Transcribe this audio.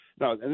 no